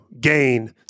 gain